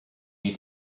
knew